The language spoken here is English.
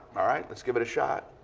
all right, let's give it a shot.